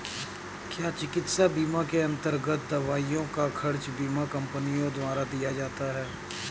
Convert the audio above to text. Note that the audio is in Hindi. क्या चिकित्सा बीमा के अन्तर्गत दवाइयों का खर्च बीमा कंपनियों द्वारा दिया जाता है?